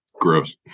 Gross